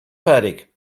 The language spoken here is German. fertig